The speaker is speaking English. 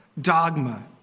dogma